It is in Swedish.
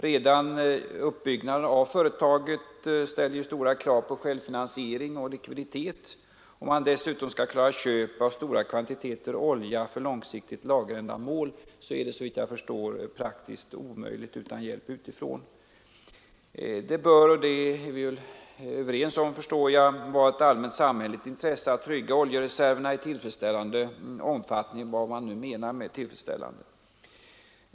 Redan uppbyggnaden av företaget ställer ju stora krav på självfinansiering och likviditet. Att dessutom klara köp av stora kvantiteter olja för långsiktigt lagerändamål är praktiskt omöjligt utan hjälp utifrån. Såvitt jag förstår är vi överens om att det bör vara ett allmänt samhälleligt intresse att trygga oljereserver i tillfredsställande omfattning — vad man nu menar med tillfredsställande.